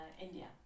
India